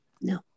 No